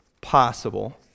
possible